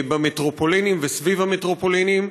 במטרופולינים וסביב המטרופולינים,